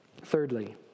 Thirdly